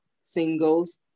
singles